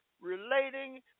relating